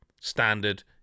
standard